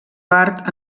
part